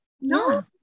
No